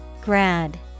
Grad